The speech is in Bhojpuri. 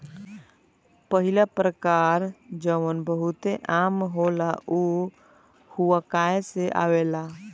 पहिला प्रकार जवन बहुते आम होला उ हुआकाया से आवेला